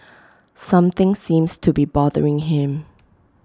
something seems to be bothering him